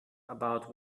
about